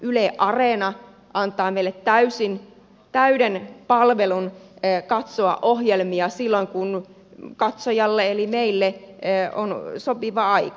yle areena antaa meille täyden palvelun katsoa ohjelmia silloin kun katsojalle eli meille on sopiva aika